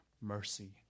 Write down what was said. mercy